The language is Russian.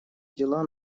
дела